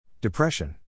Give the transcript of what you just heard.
Depression